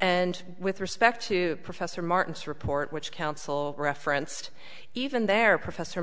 and with respect to professor martin's report which counsel referenced even there professor